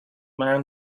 man